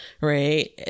right